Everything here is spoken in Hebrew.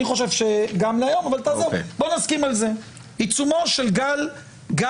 אני חושב אני חושב שגם להיום אבל תעזוב,